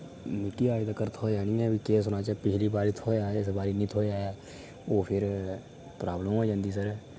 मिकी अज तकर थोआ निं ऐ केह् सनाचै पिछली बारी थोआ हा इस बारी निं थोआ ऐ ओह् फिर प्राब्लम हो जांदी सर